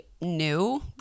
new